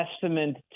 testament